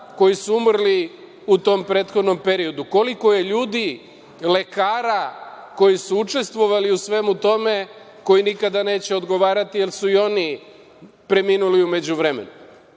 koji su umrli u tom prethodnom periodu? Koliko je ljudi, lekara koji su učestvovali u svemu tome, koji nikada neće odgovarati, jer su i oni preminuli u međuvremenu? Dakle,